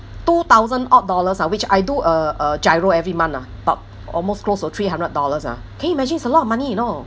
two thousand odd dollars ah which I do a a GIRO every month ah about almost closed to three hundred dollars ah can you imagine it's a lot of money you know